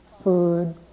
food